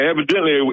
Evidently